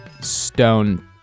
Stone